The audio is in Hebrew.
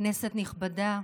כנסת נכבדה,